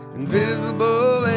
invisible